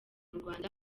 rwanda